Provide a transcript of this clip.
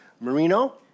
Marino